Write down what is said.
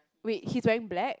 wait he's wearing black